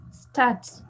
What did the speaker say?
start